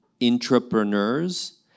entrepreneurs